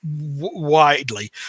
Widely